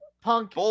Punk